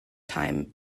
time